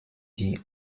die